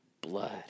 blood